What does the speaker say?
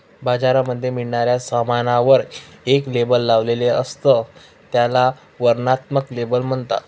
बाजारामध्ये मिळणाऱ्या सामानावर एक लेबल लावलेले असत, त्याला वर्णनात्मक लेबल म्हणतात